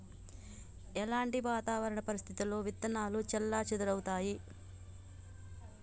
ఎలాంటి వాతావరణ పరిస్థితుల్లో విత్తనాలు చెల్లాచెదరవుతయీ?